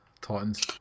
Titans